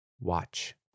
Watch